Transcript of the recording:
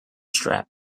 strap